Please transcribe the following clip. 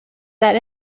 that